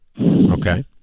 Okay